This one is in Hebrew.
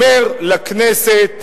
אומר לכנסת חד-משמעית: